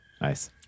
Nice